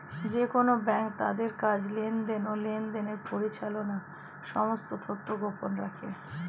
যেকোন ব্যাঙ্ক তাদের কাজ, লেনদেন, ও লেনদেনের পরিচালনার সমস্ত তথ্য গোপন রাখে